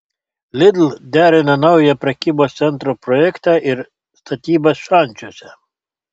lidl derina naują prekybos centro projektą ir statybas šančiuose